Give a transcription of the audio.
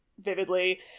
vividly